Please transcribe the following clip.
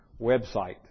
website